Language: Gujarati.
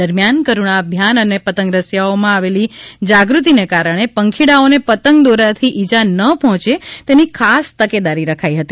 દરમિયાન કરુણા અભિયાન અને પતંગ રસિયાઓમાં આવેલી જાગૃતિને કારણે પંખીડાઓને પતંગ દોરાથી ઈજા ન પહોંચે તેની ખાસ તકેદારી રખાઇ હતી